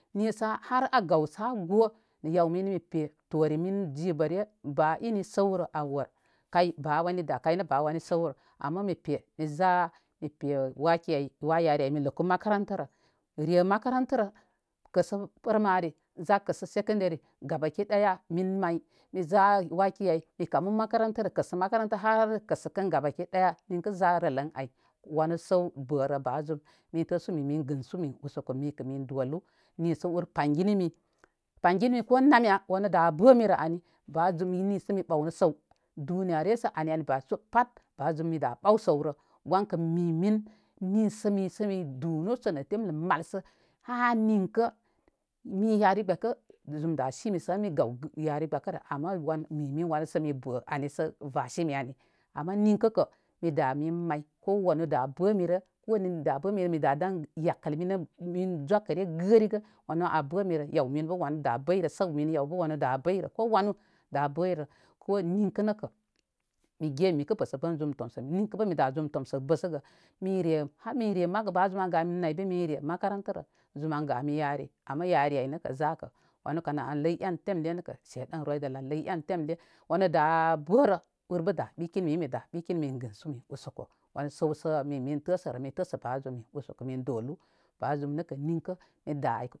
Ni sə har a gaw sə a go nə yaw mini mi pe tore mini jibare ba ini səwrə a wər kay ba wani da kay nə ba wani səwrə ama mi pe mi za' mi pe wa ki wa yari ay mi ləkur makantarə. Re makantarə, kəsə parmari za kəsə sekəndari gabaki ɗaya min may miza waki ay mi kamu makəntərə kəsə makaranta hala kəsə kə gabaki ɗaya ninkə za rələ an ay wanə səw bərə ba zum mitəsu min min gənsu usoko mikə min dolu min sə ur panginimi. Panginimi ko nama wanə da bəmirə ani. Ba zum mi ni sə mi ɓawnə səw duniyarəre vase pat ba zum mi da ɓaw səwrə wankə mi min nisə nisə mi du nu sə nə temlə mai sə hah ninkə mi yari gbəkə zum da simi sə ən mi gaw mi yari gbəkərə ama wan mi min wansə mi bə an sə vasimi ani. Ama ninkə kə mi da min may ko wanə da bəmirə ko ni da bəmi rə, mi da dan yakəl mini min zəkəre gərigə wanə a bə mirə. Yaw minu bə wanə da bəyrə, səw minu yawbə wanə da bəyrə ko wanu da bəyrə ko ninkə nəkə mige nun mikə bəsə bən zum tomsə nrukə bə mi da zum tomsə bəsəgə min re har min re bankə bə zum an gabe naybe min re makarantarə zum an gami yari ama yari ay nəkə zakə wanə kən an ləy en temle nəkə seɗan royde an ləy en timle wanə da bərə ur da ɓikini mibə mi da ɓikini min gəsu min usoko wan səwsə mi min təsurə min təsə ba zam usoko min dolu ba zum nəkə ninkə.